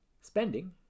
spending